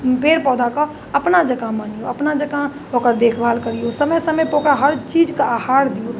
पेड़ पौधाके अपना जकाँ मानिऔ अपना जकाँ ओकर देखभाल करिऔ समय समयपर ओकरा हर चीजके आहार दिऔ